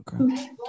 Okay